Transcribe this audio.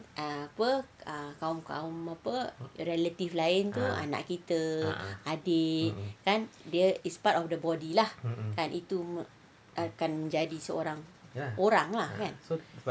ah apa kawan-kawan apa relative lain tu anak kita adik kan dia is part of the body lah kan itu akan jadi seorang orang lah kan